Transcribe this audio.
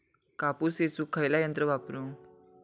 कापूस येचुक खयला यंत्र वापरू?